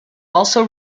also